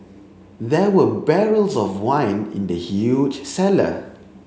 there were barrels of wine in the huge cellar